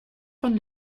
von